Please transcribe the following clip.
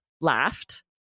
laughed